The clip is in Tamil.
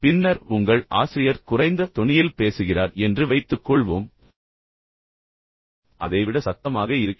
பின்னர் உங்கள் ஆசிரியர் குறைந்த தொனியில் பேசுகிறார் என்று வைத்துக்கொள்வோம் அதை விட சத்தமாக இருக்கிறது